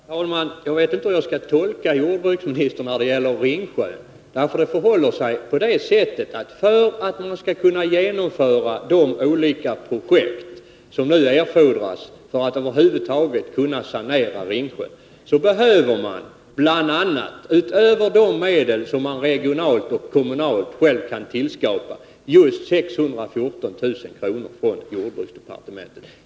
Herr talman! Jag vet inte hur jag skall tolka jordbruksministern när det gäller Ringsjön. För att kunna genomföra de olika projekt som nu är nödvändiga för att man över huvud taget skall kunna sanera Ringsjön behövs bl.a. - utöver de regionala och kommunala medel som man kan ta fram — just 614 000 kr. från jordbruksdepartementet.